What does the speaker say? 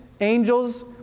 angels